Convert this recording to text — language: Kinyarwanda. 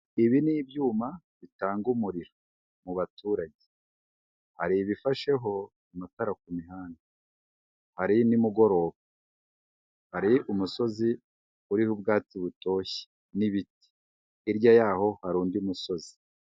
Ibi ni ibyuma bitanga umuriro mu baturage, hari ibifasheho amatara ku mihanda, hari ni mugoroba, hari umusozi uriho ubwatsi butoshye n'ibiti, hirya yaho hari undi musozi.